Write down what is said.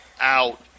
out